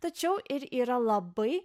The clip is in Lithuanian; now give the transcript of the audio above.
tačiau ir yra labai